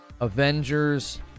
Avengers